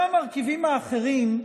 גם המרכיבים האחרים,